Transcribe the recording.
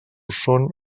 són